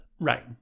Right